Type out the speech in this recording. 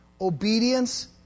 Obedience